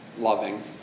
loving